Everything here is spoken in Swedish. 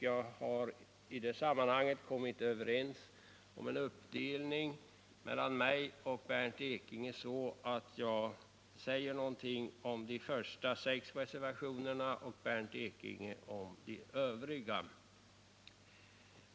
Jag har i det sammanhanget kommit överens med Bernt Ekinge om en sådan uppdelning mellan oss att jag skall säga något om de första sex reservationerna och att Bernt Ekinge skall tala om de övriga.